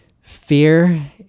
Fear